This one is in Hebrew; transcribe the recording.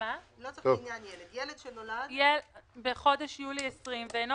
-- לא "לעניין ילד" "ילד שנולד" ---- "בחודש יולי 2020 ואינו